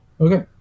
Okay